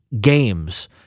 games